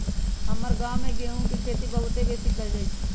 हमर गांव में गेहूम के खेती बहुते बेशी कएल जाइ छइ